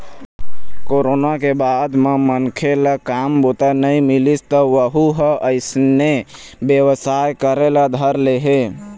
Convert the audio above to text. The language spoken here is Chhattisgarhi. कोरोना के बाद म मनखे ल काम बूता नइ मिलिस त वहूँ ह अइसने बेवसाय करे ल धर ले हे